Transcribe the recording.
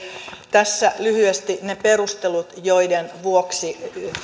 tässä lyhyesti ne perustelut joiden vuoksi